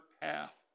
path